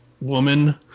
woman